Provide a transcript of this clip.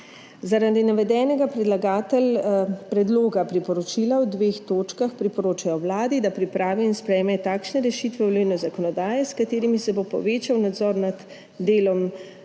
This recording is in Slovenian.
Zaradi navedenega predlagatelj predloga priporočila v dveh točkah priporočajo Vladi, da pripravi in sprejme takšne rešitve volilne zakonodaje, s katerimi se bo povečal nadzor nad delom DVK,